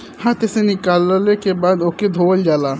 हाथे से निकलले के बाद ओके धोवल जाला